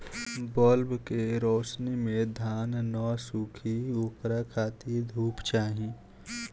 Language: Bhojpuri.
बल्ब के रौशनी से धान न सुखी ओकरा खातिर धूप चाही